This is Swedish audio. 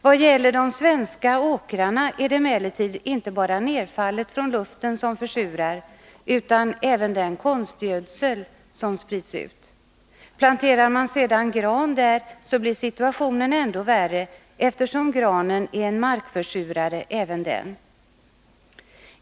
Vad gäller de svenska åkrarna är det emellertid inte bara nedfallet från luften som försurar, utan även konstgödsel som sprids ut. Planterar man sedan gran där, blir situationen ändå värre, eftersom även granen är en markförsurare.